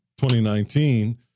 2019